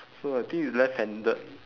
so I think it's left handed